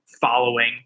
following